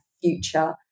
future